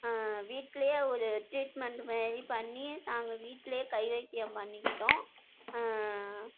வீட்லையே ஒரு ட்ரீட்மென்ட் மாரி பண்ணி நாங்கள் வீட்லையே கை வைத்தியம் பண்ணிக்கிட்டோம்